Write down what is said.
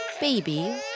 baby